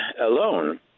alone